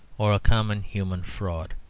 or a common human fraud.